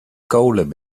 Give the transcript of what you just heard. kolen